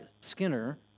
Skinner